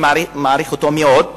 ואני מעריך אותו מאוד,